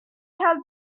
had